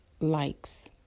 likes